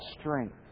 strength